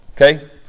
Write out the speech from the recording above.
okay